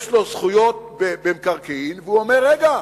יש לו זכויות במקרקעין, והוא אומר: רגע,